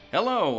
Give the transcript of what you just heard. Hello